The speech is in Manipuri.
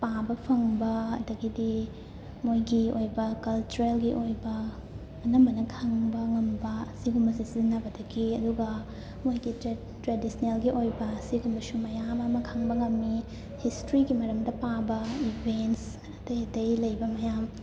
ꯄꯥꯕ ꯐꯪꯕ ꯑꯗꯒꯤꯗꯤ ꯃꯣꯏꯒꯤ ꯑꯣꯏꯕ ꯀꯜꯆꯔꯦꯜꯒꯤ ꯑꯣꯏꯕ ꯑꯅꯝꯕꯅ ꯈꯪꯕ ꯉꯝꯕ ꯁꯤꯒꯨꯝꯕꯁꯦ ꯁꯤꯖꯤꯟꯅꯕꯗꯒꯤ ꯑꯗꯨꯒ ꯃꯣꯏꯒꯤ ꯇ꯭ꯔꯦꯗꯤꯁꯅꯦꯜꯒꯤ ꯑꯣꯏꯕ ꯁꯤꯒꯨꯝꯕꯁꯨ ꯃꯌꯥꯝ ꯑꯃ ꯈꯪꯕ ꯉꯝꯃꯤ ꯍꯤꯁꯇ꯭ꯔꯤꯒꯤ ꯃꯔꯝꯗ ꯄꯥꯕ ꯏꯚꯦꯟꯁ ꯑꯇꯩ ꯑꯇꯩ ꯂꯩꯕ ꯃꯌꯥꯝ